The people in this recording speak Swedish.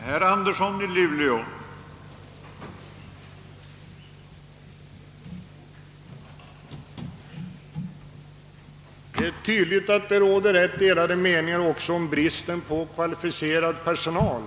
Herr talman! Det råder tydligen delade meningar även om bristen på kvalificerad personal.